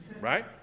Right